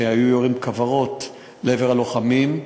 שהיו יורים כוורות לעבר הלוחמים.